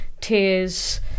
tears